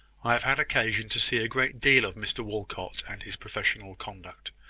i have had occasion to see a great deal of mr walcot and his professional conduct,